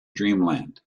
dreamland